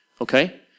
Okay